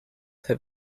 have